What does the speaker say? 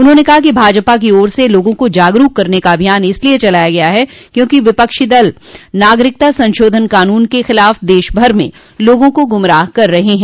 उन्होंने कहा कि भाजपा की ओर से लोगों को जागरूक करने का अभियान इसलिए चलाया गया है क्योंकि विपक्षी दल नागरिकता संशोधन कानून के खिलाफ देशभर में लोगों को गुमराह कर रहे हैं